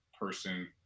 person